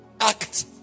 Act